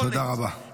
תודה רבה, תודה רבה.